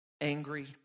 angry